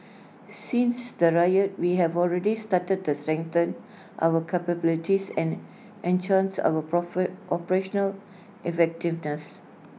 since the riot we have already started to strengthen our capabilities and enhance our profit operational effectiveness